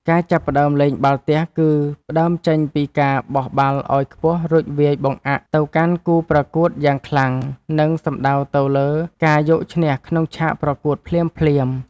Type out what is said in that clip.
ការចាប់ផ្ដើមលេងបាល់ទះគឺផ្ដើមចេញពីការបោះបាល់ឱ្យខ្ពស់រួចវាយបង្អាកទៅកាន់គូប្រកួតយ៉ាងខ្លាំង និង សំដៅទៅលើការយកឈ្នះក្នុងឆាកប្រកួតភ្លាមៗ។